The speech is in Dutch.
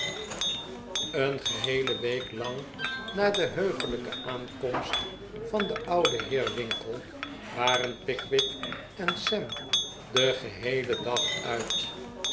een geheele week lang na de heuglijke aankomst van den ouden heer winkle waren pickwick en sam den geheelen dag uit